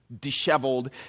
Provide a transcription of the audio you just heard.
disheveled